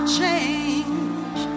change